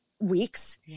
weeks